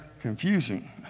confusing